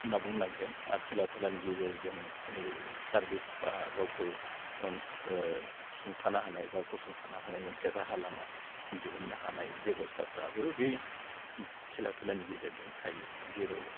होनना बुंनांगोन आरो खेला दुलानि गेजेरजों सारभिस बा गावखौ सुंथानो हानाय बा गसंथानो हानाय मोनसे राहा लामा दिहुननो हानाय बेब'स्थाफ्राबो बे खेला दुलानि गेजेरजों थायो जेराव